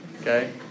okay